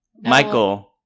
Michael